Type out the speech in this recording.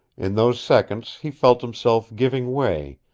in those seconds he felt himself giving way,